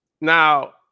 Now